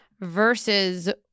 Versus